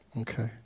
Okay